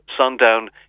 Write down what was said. Sundown